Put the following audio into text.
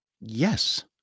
Yes